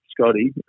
Scotty